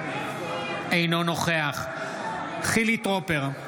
אינו נוכח חילי טרופר,